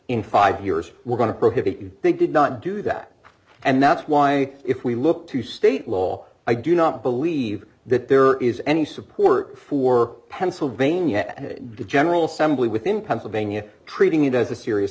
in five years we're going to prohibit big did not do that and that's why if we look to state law i do not believe that there is any support for pennsylvania and general somebody within pennsylvania treating it as a serious